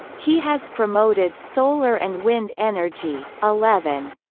he has promoted solar and wind energy. eleven